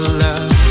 love